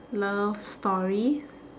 love stories